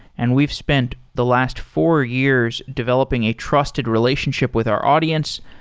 and we've spent the last four years developing a trusted relationship with our audience.